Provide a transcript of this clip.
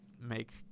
make